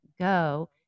go